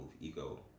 ego